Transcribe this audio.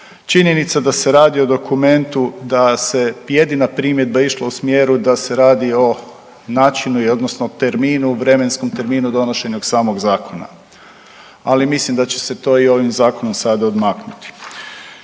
činjenica da se radi o dokumentu da se jedina primjedba je išla u smjeru da se radi o načinu odnosno terminu, vremenskom terminu donošenja samog zakona. Ali mislim da će se to i ovim zakonom sada odmaknuti.